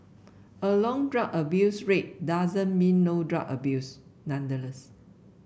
a long drug abuse rate doesn't mean no drug abuse nonetheless